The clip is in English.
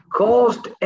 caused